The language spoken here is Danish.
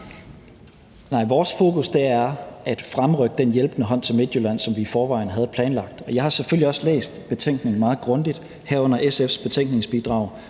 vores fokus er at fremrykke den hjælpende hånd til Midtjylland, som vi i forvejen havde planlagt. Jeg har selvfølgelig også læst betænkningen meget grundigt, herunder SF's betænkningsbidrag,